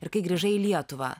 ir kai grįžai į lietuvą